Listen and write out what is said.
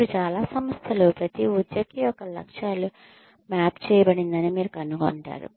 ఇప్పుడు చాలా సంస్థలు ప్రతి ఉద్యోగి యొక్క లక్ష్యాలు మ్యాప్ చేయబడిందని మీరు కనుగొంటారు